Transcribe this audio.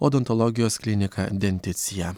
odontologijos klinika denticija